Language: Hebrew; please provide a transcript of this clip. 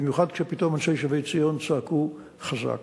במיוחד כשפתאום אנשי שבי-ציון צעקו חזק.